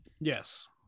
Yes